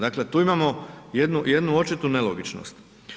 Dakle tu imamo jednu očitu nelogičnost.